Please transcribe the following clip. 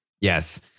yes